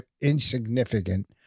insignificant